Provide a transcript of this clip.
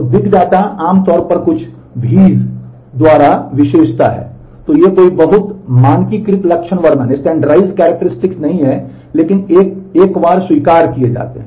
तो बड़ा डेटा आमतौर पर कुछ Vs द्वारा विशेषता है तो ये कोई बहुत मानकीकृत लक्षण वर्णन नहीं हैं लेकिन ये एक बार स्वीकार किए जाते हैं